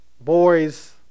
Boys